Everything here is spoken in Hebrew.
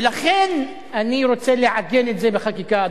ולכן אני רוצה לעגן את זה בחקיקה,